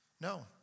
No